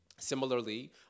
Similarly